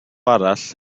arall